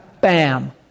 Bam